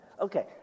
Okay